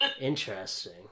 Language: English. interesting